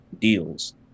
deals